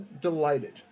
delighted